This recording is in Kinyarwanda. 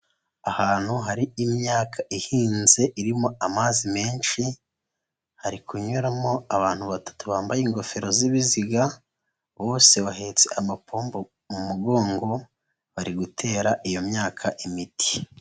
Ahantu hari imyaka ihinze irimo amazi menshi, hari kunyuramo abantu batatu bambaye ingofero z'ibiziga, bose bahetse amapombo mu mugongo, bari gutera iyo myaka imiti.